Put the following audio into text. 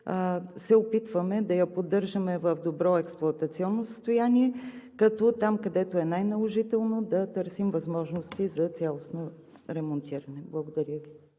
се опитваме да я поддържаме в добро експлоатационно състояние, като там, където е най-наложително да търсим възможности за цялостно ремонтиране. Благодаря Ви.